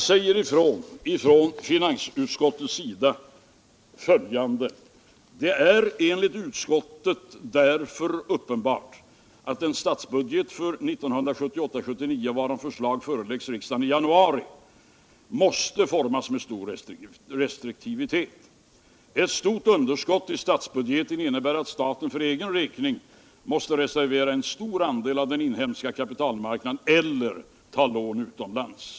Där säger man nämligen följande: ”Det är enligt utskottet därför uppenbart att den statsbudget för år 1978/79, varom förslag föreläggs riksdagen i januari månad, måste formas med stor restriktivitet. Ett stort underskott i statsbudgeten innebär att staten för egen räkning måste reservera en stor andel av den inhemska kapitalmarknaden eller ta upp lån utomlands.